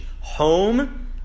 home